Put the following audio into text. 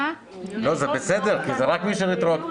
לא, זה בסדר כי זה רק מי שהוא רטרואקטיבי.